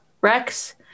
Rex